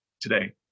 today